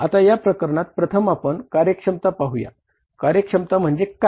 आता या प्रकरणात प्रथम आपण कार्यक्षमता पाहूया कार्यक्षमता म्हणजे काय